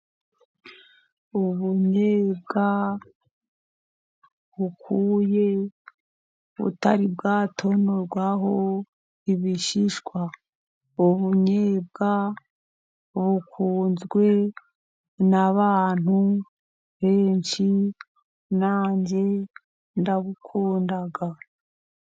Ubunyobwa bukuye butaratonorwaho ibishishwa; ubunyobwa bukunzwe n'abantu benshi nanjye ndabukunda.